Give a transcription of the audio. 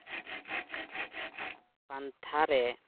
ᱯᱟᱱᱛᱷᱟ ᱨᱮ